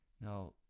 now